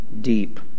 deep